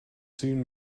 soon